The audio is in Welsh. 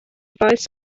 faes